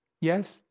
Yes